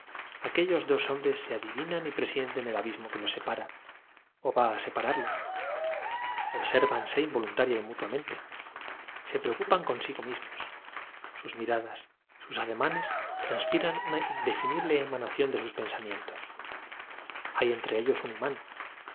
a su hombres se adivinan y presienten el abismo que los separa o va a se la vió usted pararlos obsérvanse involuntaria y mutuamente se preocupan con cuando la paz de amiéns vine sigo mismos sus miradas sus ademanes traspiran una indefinible a francia en religiosa romería para decirle estas consoladoras palabras era inocente pero la des emanación de sus pensamientos hay entre ellos un imán